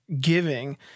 giving